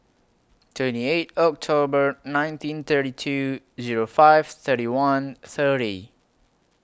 twenty eight October nineteen thirty two Zero five thirty one thirty